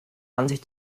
ansicht